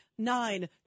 Nine